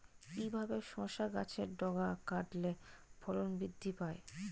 কিভাবে শসা গাছের ডগা কাটলে ফলন বৃদ্ধি পায়?